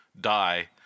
die